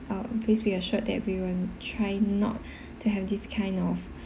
uh please be assured that we will try not to have this kind of